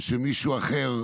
ושמישהו אחר